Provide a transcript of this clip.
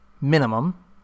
minimum